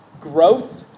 growth